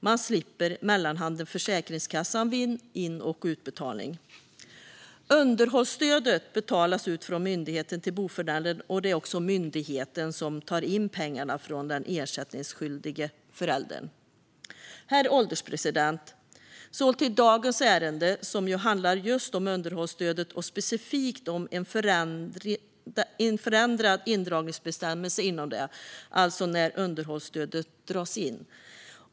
Man slipper mellanhanden Försäkringskassan vid in och utbetalning. Underhållsstödet betalas ut från myndigheten till boföräldern. Det är också myndigheten som tar in pengarna från den ersättningsskyldige föräldern. Herr ålderspresident! Nu går jag vidare till det ärende vi behandlar i dag. Det handlar om just underhållsstödet och specifikt om en förändrad indragningsbestämmelse inom det, alltså när underhållsstödet dras in.